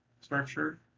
structure